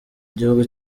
igihugu